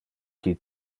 qui